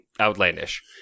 outlandish